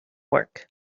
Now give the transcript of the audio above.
work